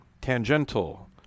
tangential